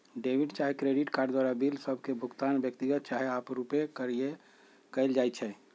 debit चाहे credit card द्वारा bill सभ के भुगतान व्यक्तिगत चाहे आपरुपे कएल जाइ छइ